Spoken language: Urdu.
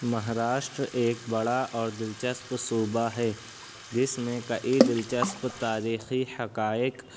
مہاراشٹر ایک بڑا اور دلچسپ صوبہ ہے جس میں کئی دلچسپ تاریخی حقائق